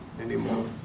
anymore